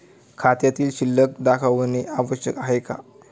खात्यातील शिल्लक दाखवणे आवश्यक आहे का?